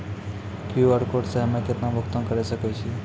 QR code से हम्मय केतना भुगतान करे सके छियै?